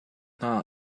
hna